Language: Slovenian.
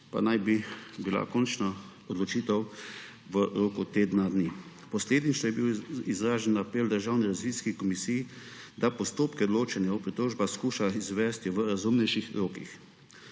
pa naj bi bila končna odločitev v roku tedna dni. Posledično je bil izražen apel Državni revizijski komisiji, da postopke odločanja o pritožbah skuša izvesti v razumnejših rokih.